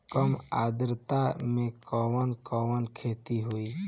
कम आद्रता में कवन कवन खेती होई?